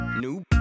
new